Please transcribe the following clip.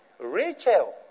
Rachel